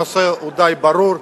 הנושא הוא די ברור.